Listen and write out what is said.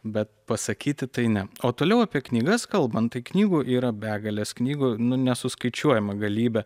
bet pasakyti tai ne o toliau apie knygas kalbant tai knygų yra begalės knygų nu nesuskaičiuojama galybė